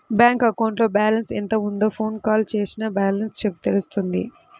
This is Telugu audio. బ్యాంక్ అకౌంట్లో బ్యాలెన్స్ ఎంత ఉందో ఫోన్ కాల్ చేసినా బ్యాలెన్స్ తెలుస్తుంది